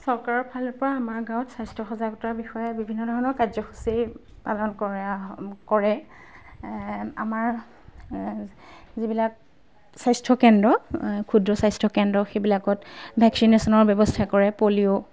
চৰকাৰৰ ফালৰপৰা আমাৰ গাঁৱত স্বাস্থ্য সজাগতাৰ বিষয়ে বিভিন্ন ধৰণৰ কাৰ্যসূচী পালন কৰা হয় কৰে আমাৰ যিবিলাক স্বাস্থ্যকেন্দ্ৰ ক্ষুদ্ৰ স্বাস্থ্যকেন্দ্ৰ সেইবিলাকত ভেকচিনেশ্যনৰ ব্যৱস্থা কৰে পলিঅ'